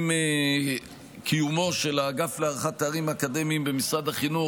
עם קיומו של האגף להערכת תארים אקדמיים במשרד החינוך,